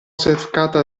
seccata